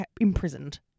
imprisoned